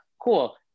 Cool